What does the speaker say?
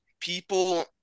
people